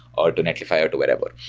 or to netlify, or to whatever.